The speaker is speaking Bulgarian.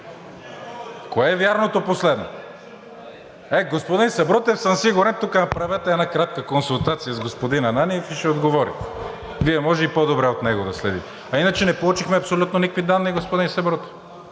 Кое е вярното последно? Е, господин Сабрутев, тук направете една кратка консултация с господин Ананиев и ще отговорите. Вие може и по-добре от него да следите. А иначе не получихме абсолютно никакви данни, господин Сабрутев,